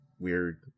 Weird